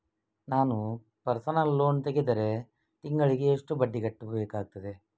ನಾನು personal loan ತೆಗೆದರೆ ತಿಂಗಳಿಗೆ ಎಷ್ಟು ಬಡ್ಡಿ ಕಟ್ಟಬೇಕಾಗುತ್ತದೆ?